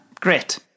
great